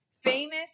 Famous